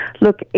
Look